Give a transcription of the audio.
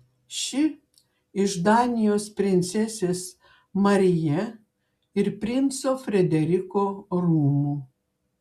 ši iš danijos princesės maryje ir princo frederiko rūmų